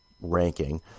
ranking